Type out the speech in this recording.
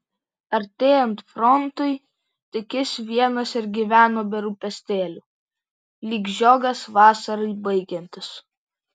artėjant frontui tik jis vienas ir gyveno be rūpestėlių lyg žiogas vasarai baigiantis